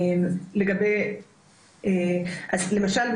למשל,